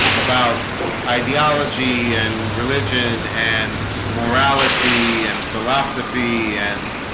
about ideology and religion and morality and philosophy and